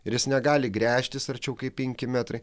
ir jis negali gręžtis arčiau kaip penki metrai